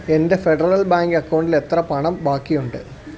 എൻ്റെ ഫെഡറൽ ബാങ്ക് അക്കൗണ്ടിൽ എത്ര പണം ബാക്കിയുണ്ട്